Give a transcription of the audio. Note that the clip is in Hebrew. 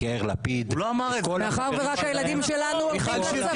את יאיר לפיד --- מאחר שרק הילדים שלנו הולכים לצבא --- מיכל שיר,